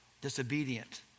disobedient